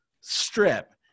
strip